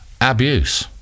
abuse